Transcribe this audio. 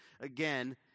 again